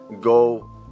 Go